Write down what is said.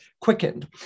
quickened